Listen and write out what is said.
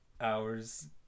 hours